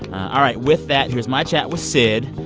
all right. with that, here's my chat with syd.